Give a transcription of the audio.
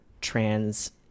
trans